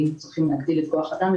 היינו צריכים להגדיל את כוח האדם.